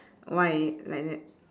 why like that